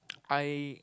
I